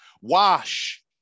wash